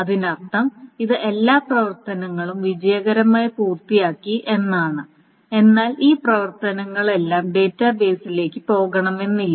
അതിനർത്ഥം ഇത് എല്ലാ പ്രവർത്തനങ്ങളും വിജയകരമായി പൂർത്തിയാക്കി എന്നാണ് എന്നാൽ ഈ പ്രവർത്തനങ്ങളെല്ലാം ഡാറ്റാബേസിലേക്ക് പോകണമെന്നില്ല